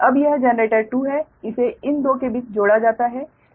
अब यह जनरेटर 2 है इसे इन दो के बीच जोड़ा जाता है